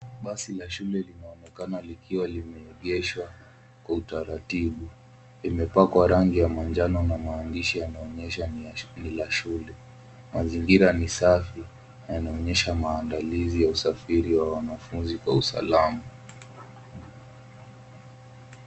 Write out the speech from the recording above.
Basi la shule linaonekana likiwa limeegeshwa kwa utaratibu. Imepakwa rangi ya manjano na maandishi yanaonyesha ni la shule. Mazingira ni safi na inaonesha maandalizi ya usafiri wa wanafunzi kwa usalama.